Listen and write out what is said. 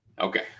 Okay